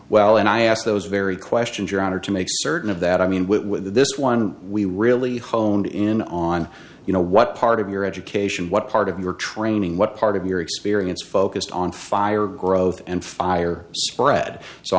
well and i ask those very questions your honor to make certain of that i mean with this one we really honed in on you know what part of your education what part of your training what part of your experience focused on fire growth and fire spread so